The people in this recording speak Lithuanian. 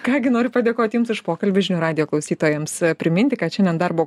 ką gi noriu padėkoti jums už pokalbį žinių radijo klausytojams priminti kad šiandien darbo